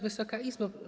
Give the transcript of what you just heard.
Wysoka Izbo!